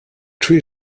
three